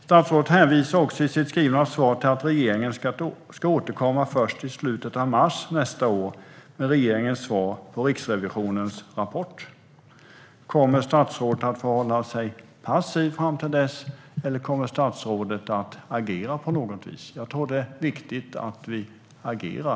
Statsrådet hänvisar i sitt interpellationssvar till att regeringen först i slutet av mars nästa år ska återkomma med sitt svar på Riksrevisionens rapport. Kommer statsrådet att hålla sig passiv fram till dess, eller kommer han att agera på något vis? Jag tror att det är viktigt att vi agerar.